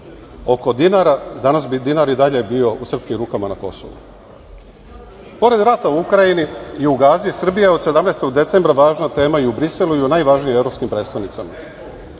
oko dinara, danas bi dinar i dalje bio u srpskim rukama na Kosovu. Pored rata u Ukrajini i u Gazi, Srbija je 17. decembra važna tema i u Briselu i u najvažnijim evropskim prestonicama.